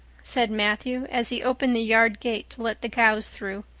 said matthew, as he opened the yard gate to let the cows through.